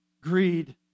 greed